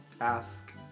ask